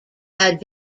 had